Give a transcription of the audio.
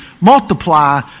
multiply